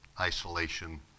isolation